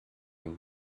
and